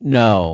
no